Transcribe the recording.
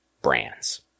brands